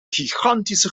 gigantische